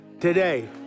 Today